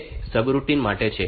તે સબરૂટિન માટે છે